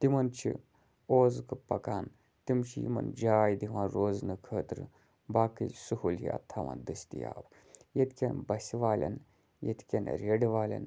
تِمَن چھِ تِم چھِ یِمَن جاے دِوان روزنہٕ خٲطرٕ باقٕے سہوٗلیات تھاوان دٔستیاب ییٚتہِ کیٚن بَسہِ والیٚن ییٚتہِ کیٚن ریڈٕ والیٚن